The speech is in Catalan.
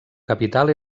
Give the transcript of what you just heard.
capital